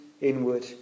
inward